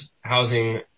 housing